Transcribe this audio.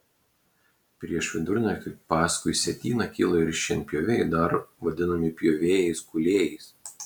prieš vidurnaktį paskui sietyną kyla ir šienpjoviai dar vadinami pjovėjais kūlėjais